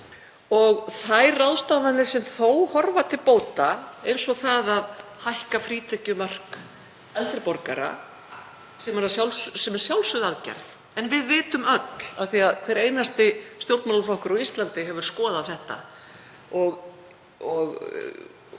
Ráðstöfun sem þó horfir til bóta, eins og það að hækka frítekjumark eldri borgara, er sjálfsögð aðgerð, en við vitum öll, af því að hver einasti stjórnmálaflokkur á Íslandi hefur skoðað þetta og